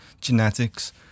genetics